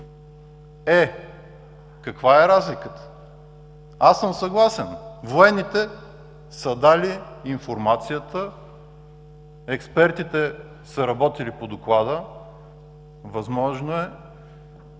Е, каква е разликата? Съгласен съм – военните са дали информацията, експертите са работили по Доклада. Възможно е